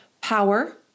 Power